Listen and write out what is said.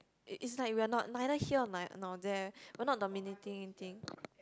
it it's like we're not neither here n~ nor there we are not dominating anything